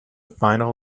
final